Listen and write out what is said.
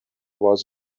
was